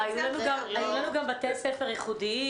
העניין הוא גם לגבי בתי ספר ייחודיים,